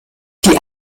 die